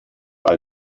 all